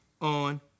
on